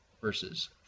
verses